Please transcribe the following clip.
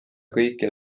kõikjal